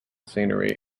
scenery